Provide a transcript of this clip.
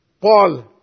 Paul